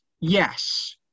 yes